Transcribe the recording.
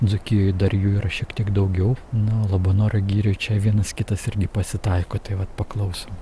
dzūkijoj dar jų yra šiek tiek daugiau na o labanoro girioj čia vienas kitas irgi pasitaiko tai vat paklausom